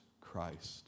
Christ